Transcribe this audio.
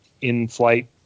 in-flight